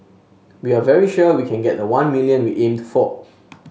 we are very sure we can get the one million we aimed for